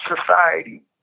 society